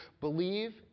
believe